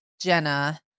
Jenna